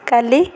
କାଲି